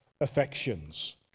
affections